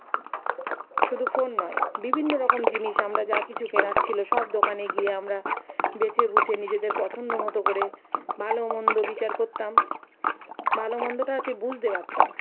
শুধু ফোন নয় বিভিন্ন রকম জিনিস আমরা যা কিছু কেনার ছিল সব দোকানে গিয়ে আমরা বেছে বুছে নিজেদের পছন্দ মতো করে ভালো মন্দ বিচার করতাম ভালোমন্দটা আর কী বুঝতে পারতাম